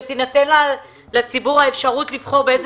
שתינתן לציבור האפשרות לבחור לאיזה